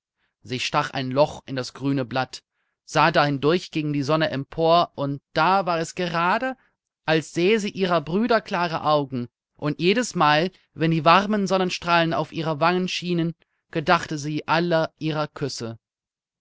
sie stach ein loch in das grüne blatt sah da hindurch gegen die sonne empor und da war es gerade als sähe sie ihrer brüder klare augen und jedesmal wenn die warmen sonnenstrahlen auf ihre wangen schienen gedachte sie aller ihrer küsse